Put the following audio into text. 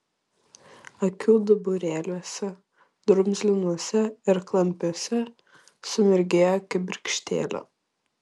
akių duburėliuose drumzlinuose ir klampiuose sumirgėjo kibirkštėlė